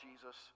Jesus